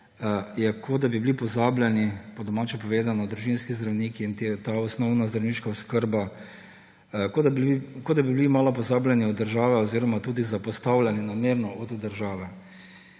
Je, kot da bi bili pozabljeni, po domače povedano, družinski zdravniki in ta osnovna zdravniška oskrba, kot da bi bili malo pozabljeni od države oziroma namerno zapostavljeni od države.